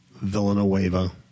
Villanueva